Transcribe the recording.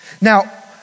Now